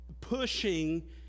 pushing